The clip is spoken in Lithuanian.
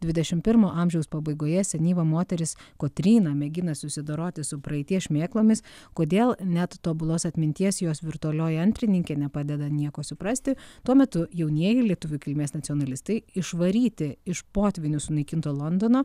dvidešimt pirmo amžiaus pabaigoje senyva moteris kotryna mėgina susidoroti su praeities šmėklomis kodėl net tobulos atminties jos virtualioji antrininkė nepadeda nieko suprasti tuo metu jaunieji lietuvių kilmės nacionalistai išvaryti iš potvynių sunaikinto londono